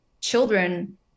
children